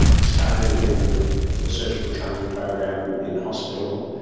started in the surgical training program in hospital,